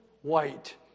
white